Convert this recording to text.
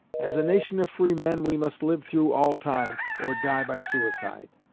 as a nation of free men, we must live through all time, or die by suicide.